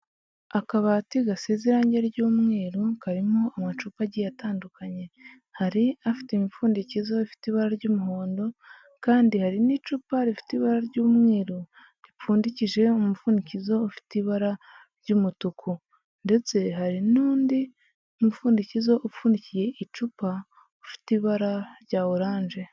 Akabati gasize irangi ry'umweru karimo amacupa agiye atandukanye, hari afite imipfundikizo ifite ibara ry'umuhondo, kandi hari n'icupa rifite ibara ry'umweru ripfundikije umupfunikizo ufite ibara ry'umutuku, ndetse hari n'undi mupfundikizo upfundikiye icupa ufite ibara rya oranje.